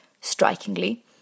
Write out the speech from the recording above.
Strikingly